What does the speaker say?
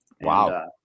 Wow